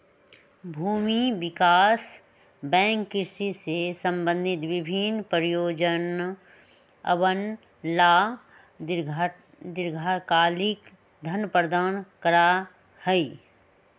भूमि विकास बैंक कृषि से संबंधित विभिन्न परियोजनअवन ला दीर्घकालिक धन प्रदान करा हई